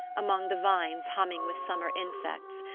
among the vines humming with summer insects,